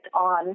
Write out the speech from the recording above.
on